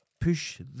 push